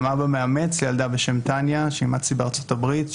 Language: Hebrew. אבא מאמץ לילדה בשם טניה שאימצתי בארצות הברית,